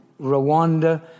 Rwanda